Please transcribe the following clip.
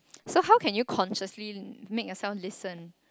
so how can you consciously make yourself listen